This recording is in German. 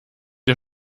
ihr